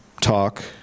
talk